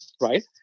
right